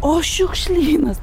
o šiukšlynas